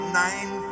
nine